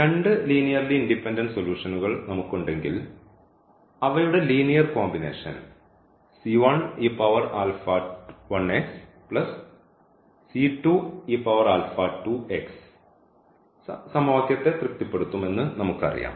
രണ്ട് linearly independent സൊലൂഷൻകൾ നമുക്കുണ്ടെങ്കിൽ അവയുടെ ലീനിയർ കോമ്പിനേഷൻ സമവാക്യത്തെ തൃപ്തിപ്പെടുത്തും എന്ന് നമുക്കറിയാം